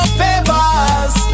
favors